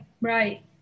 right